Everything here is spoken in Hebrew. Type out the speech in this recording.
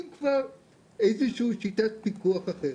אם כבר איזושהי שיטת פיקוח אחרת.